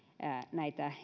näitä